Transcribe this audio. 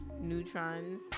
Neutrons